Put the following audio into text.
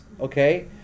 okay